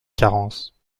carence